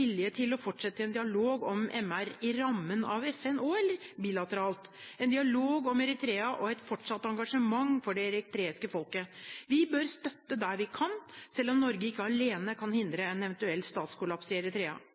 til å fortsette en dialog om menneskerettigheter i rammen av FN – eller bilateralt – med Eritrea og et fortsatt engasjement for det eritreiske folket. Vi bør støtte der vi kan, selv om Norge ikke alene kan hindre en eventuell statskollaps i Eritrea.